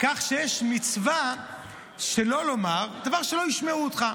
כך שיש מצווה שלא לומר דבר שלא ישמעו אותך.